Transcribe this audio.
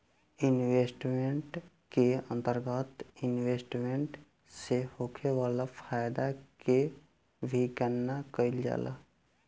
investment risk के अंतरगत investment से होखे वाला फायदा के भी गनना कईल जाला